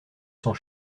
sang